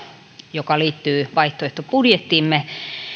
joka liittyy vaihtoehtobudjettiimme